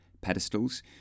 pedestals